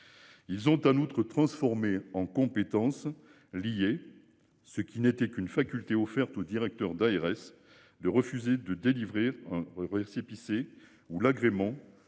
Ils ont un autre transformer en compétences liées. Ce qui n'était qu'une faculté offerte aux directeurs d'ARS de refuser de délivrer. Pisser ou l'agrément